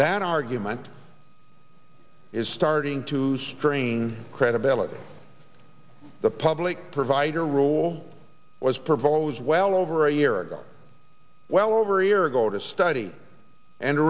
hat argument is starting to strain credibility the public provider rule was proposed well over a year ago well over a year ago to study and